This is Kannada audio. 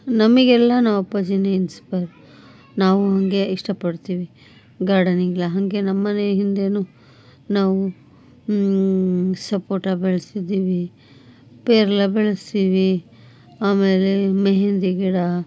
ನಮಗೆಲ್ಲ ನಮ್ಮ ಅಪ್ಪಾಜಿನೆ ಇನ್ಸ್ಪಯರ್ ನಾವು ಹಾಗೆ ಇಷ್ಟಪಡ್ತೀವಿ ಗಾರ್ಡನಿಂಗೆಲ್ಲ ಹಾಗೆ ನಮ್ಮನೆ ಹಿಂದೆನು ನಾವು ಸಪೋಟ ಬೆಳೆಸಿದ್ದೀವಿ ಪೇರಲ ಬೆಳ್ಸೀವಿ ಆಮೇಲೆ ಮೆಹೆಂದಿ ಗಿಡ